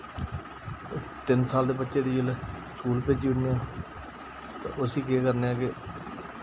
तिन साल दे बच्चे दी जुल्लै स्कूल भेजी ओड़ने आं ते उस्सी केह् करने आं के